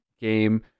game